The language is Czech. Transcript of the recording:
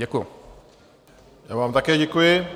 Já vám také děkuji.